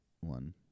one